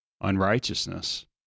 unrighteousness